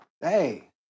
Hey